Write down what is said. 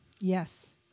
Yes